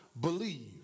believe